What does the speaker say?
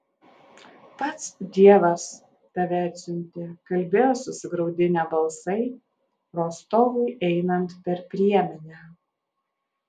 pats dievas tave atsiuntė kalbėjo susigraudinę balsai rostovui einant per priemenę